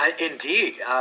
Indeed